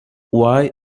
why